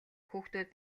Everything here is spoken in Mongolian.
хүүхдүүд